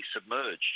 submerged